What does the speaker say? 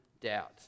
doubt